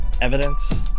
evidence